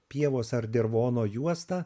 pievos ar dirvono juostą